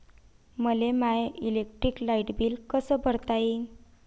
मले माय electric light bill कस भरता येईल?